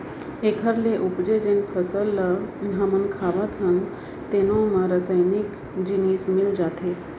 एखर ले उपजे जेन फसल ल हमन खावत हन तेनो म रसइनिक जिनिस मिल जाथे